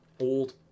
Old